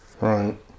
Right